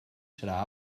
serà